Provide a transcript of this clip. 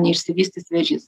neišsivystys vėžys